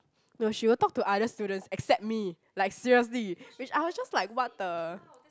no she will talk to other students except me like seriously which I was just like what the